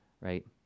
right